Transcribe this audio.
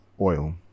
oil